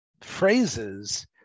phrases